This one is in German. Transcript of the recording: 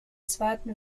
zweiten